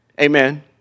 amen